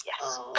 yes